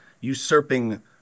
usurping